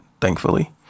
thankfully